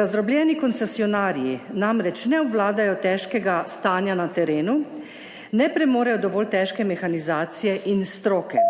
Razdrobljeni koncesionarji namreč ne obvladajo težkega stanja na terenu ne premorejo dovolj težke mehanizacije in stroke